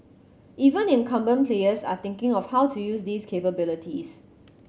even incumbent players are thinking of how to use these capabilities